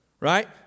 Right